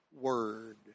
word